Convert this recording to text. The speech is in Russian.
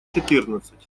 четырнадцать